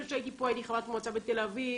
שהייתי פה הייתי חברת מועצה בתל אביב,